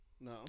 No